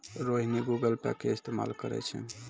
Rohini Google Pay के इस्तेमाल करै छै